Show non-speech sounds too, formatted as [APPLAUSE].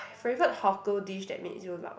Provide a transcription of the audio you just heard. [BREATH] my favourite hawker dish that makes you lao~